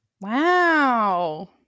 Wow